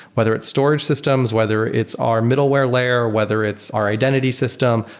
whether it's storage systems, whether it's our middleware layer, whether it's our identity system.